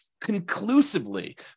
conclusively